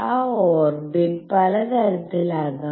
ആ ഓർബിറ്റ് പല തരത്തിലാകാം